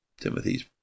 Timothy's